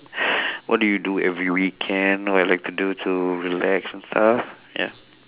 what do you do every weekend what you like to do to relax and stuff ya